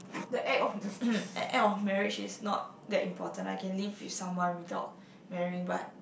the act of act of marriage is not that important I can live with someone without marrying but